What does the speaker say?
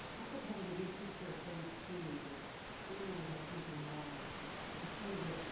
i think having a good picture of phase two, the sooner we have something more and definitive,